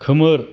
खोमोर